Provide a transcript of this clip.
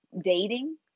dating